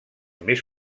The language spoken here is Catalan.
més